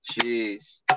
Jeez